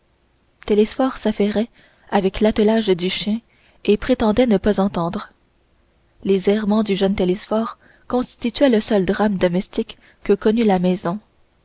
télesphore s'affairait avec l'attelage du chien et prétendait ne pas entendre les errements du jeune télesphore constituaient le seul drame domestique que connût la maison